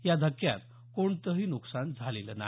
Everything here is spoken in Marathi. या धक्यात कोणतही नुकसान झालेलं नाही